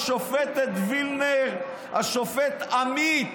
השופטת וילנר והשופט עמית,